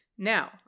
Now